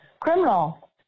criminal